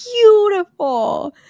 beautiful